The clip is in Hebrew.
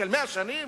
100 שנים?